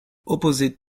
opposite